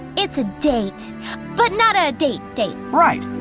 it's a date but not a date date! right.